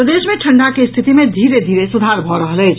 प्रदेश मे ठंढ़ा के रिथिति मे धीरे धीरे सुधार भऽ रहल अछि